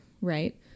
Right